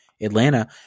atlanta